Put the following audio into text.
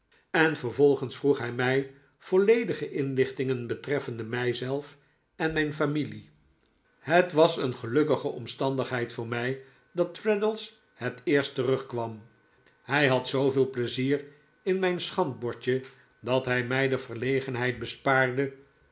en vervolgens vroeg hij mij volledige inlichtingen betreffende mij zelf en mijn familie het was een gelukkige omstandigheid voor mij dat traddles het eerst terugkwam hij had zooveel pleizier in mijn schandbordje dat hij mij de verlegenheid bespaarde